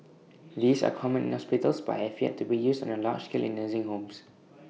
these are common in hospitals but have yet to be used on A large scale in nursing homes